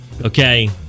okay